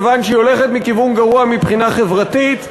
מכיוון שהיא הולכת בכיוון גרוע מבחינה חברתית,